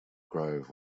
grove